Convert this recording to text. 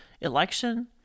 election